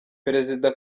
perezida